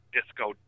Disco